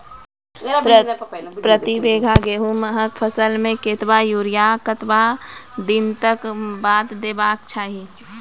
प्रति बीघा गेहूँमक फसल मे कतबा यूरिया कतवा दिनऽक बाद देवाक चाही?